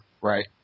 Right